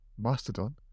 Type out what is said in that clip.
mastodon